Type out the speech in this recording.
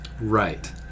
Right